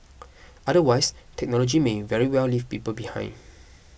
otherwise technology may very well leave people behind